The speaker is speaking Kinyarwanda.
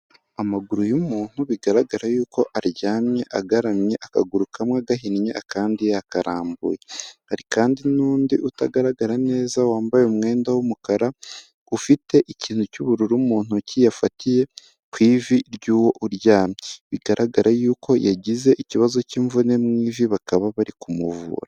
Amaguru y'umuntu bigaragara yuko aryamye agaramye, akaguru kamwe gahinnye akandi yakarambuye, hari kandi n'undi utagaragara neza wambaye umwenda w'umukara, ufite ikintu cy'ubururu mu ntoki yafatiye ku ivi ry'uwo uryamye, bigaragara yuko yagize ikibazo cy'imvune mu ivi bakaba bari kumuvura.